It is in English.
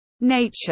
Nature